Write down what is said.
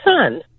son